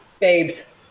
babes